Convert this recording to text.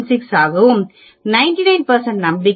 96 ஆகவும் 99 நம்பிக்கைக்கு 2